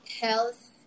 health